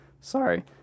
Sorry